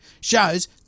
shows